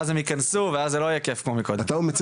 ואז הם יכנסו ואז זה לא יהיה כייף כמו שזה היה קודם.